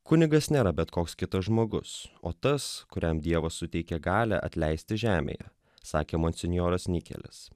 kunigas nėra bet koks kitas žmogus o tas kuriam dievas suteikė galią atleisti žemėje sakė monsinjoras nikelis